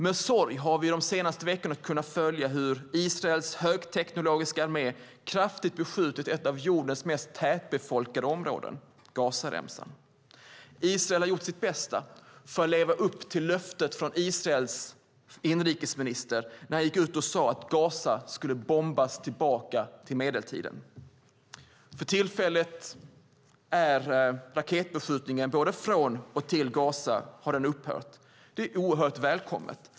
Med sorg har vi de senaste veckorna kunnat följa hur Israels högteknologiska armé kraftigt beskjutit ett av jordens mest tätbefolkade områden: Gazaremsan. Israel har gjort sitt bästa för att leva upp till löftet från den israeliska inrikesministern om att bomba Gaza tillbaka till medeltiden. För tillfället har raketbeskjutningen från och till Gaza upphört. Det är oerhört välkommet.